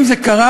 אם זה קרה,